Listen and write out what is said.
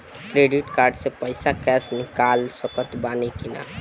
Credit card से पईसा cash निकाल सकत बानी की ना?